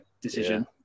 decision